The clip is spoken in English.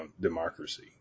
democracy